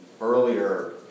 earlier